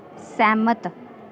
सैह्मत